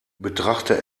betrachte